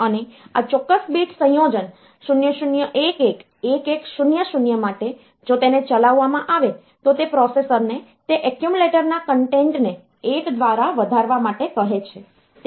અને આ ચોક્કસ bit સંયોજન 0011 1100 માટે જો તેને ચલાવવામાં આવે તો તે પ્રોસેસરને તે એક્યુમ્યુલેટરના કન્ટેન્ટને 1 દ્વારા વધારવા માટે કહે છે